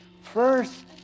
First